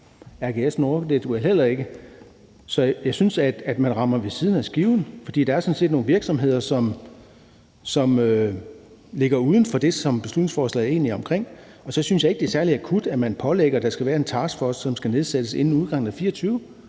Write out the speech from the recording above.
RGS Nordic heller ikke. Så jeg synes, at man rammer ved siden af skiven, for der er sådan set nogle virksomheder, som ligger uden for det, som beslutningsforslaget egentlig handler om. Og så synes jeg ikke, at det er særlig akut, at man pålægger regeringen, at der skal være en taskforce, som skal nedsættes inden udgangen af 2024.